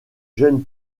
jeunes